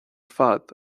fad